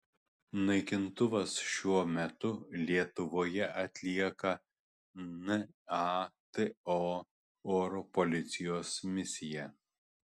naikintuvas šiuo metu lietuvoje atlieka nato oro policijos misiją